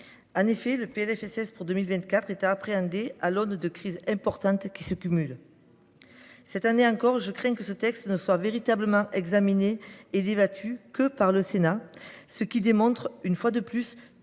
En effet, le PLFSS pour 2024 doit être appréhendé à l’aune de crises importantes, qui se cumulent. Cette année encore, je crains que ce texte ne soit véritablement examiné et débattu que par le Sénat. Une telle situation démontre une fois de plus